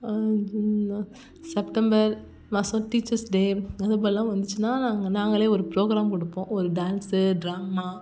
September மாதம் teachers day அதுபோலெலாம் வந்துச்சின்னால் நாங்கள் நாங்களே ஒரு ப்ரோகிராம் கொடுப்போம் ஒரு டான்ஸு ட்ராமா